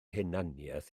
hunaniaeth